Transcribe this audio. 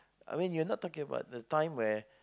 I mean you're not talking about the time where